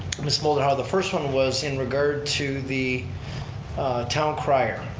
ms. moldenhaur, the first one was in regard to the town crier.